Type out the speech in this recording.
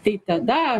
tai tada